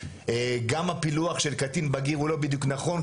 גם הפילוח של קטין בגיר הוא לא בדיוק נכון,